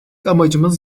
amacımız